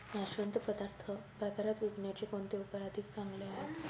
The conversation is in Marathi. नाशवंत पदार्थ बाजारात विकण्याचे कोणते उपाय अधिक चांगले आहेत?